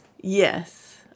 Yes